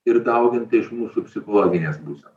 ir dauginta iš mūsų psichologinės būsenos